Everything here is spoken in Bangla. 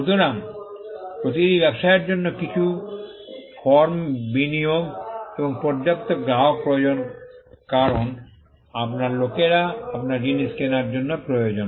সুতরাং প্রতিটি ব্যবসায়ের জন্য কিছু ফর্ম বিনিয়োগ এবং পর্যাপ্ত গ্রাহক প্রয়োজন কারণ আপনার লোকেরা আপনার জিনিস কেনার জন্য প্রয়োজন